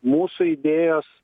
mūsų idėjos